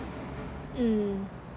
mm